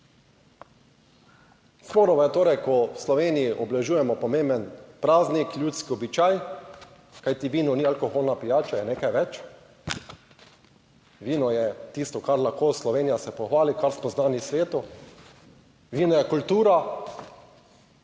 Sporno je torej, ko v Sloveniji obeležujemo pomemben praznik, ljudski običaj, kajti vino ni alkoholna pijača, je nekaj več. Vino je tisto, kar lahko Slovenija se pohvali, kar smo znani svetu. Vino je kultura.